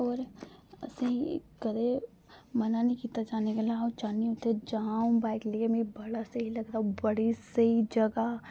और आसेंगी कदें मना नेईं कीता जंदा जाने गल्ला अ'ऊं जाना चाहन्नीं उत्थै अ'ऊं बाइक लेइयै